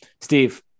Steve